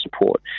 support